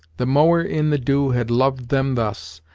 the mower in the dew had loved them thus,